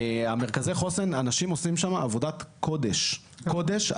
במרכזי החוסן אנשים עושים עבודת קודש קודש,